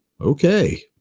Okay